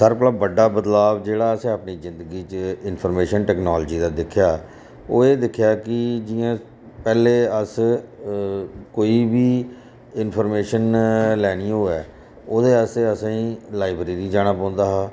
सारें कोला बड्डा बदलाव जेह्ड़ा असें अपनी जिंदगी च ऐइंफरमेशन टैक्नालजी दा दिक्खेआ ओह् एह् दिखेआ कि जि'यां पैह्ले अस कोई बी इंफरमेशन लैनी होऐ ओह्दे आस्तै असेंई लाइब्रेरी जाना पौंदा हा